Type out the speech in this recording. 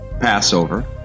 Passover